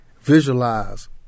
visualize